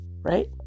Right